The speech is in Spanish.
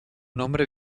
nombre